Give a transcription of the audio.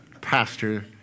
pastor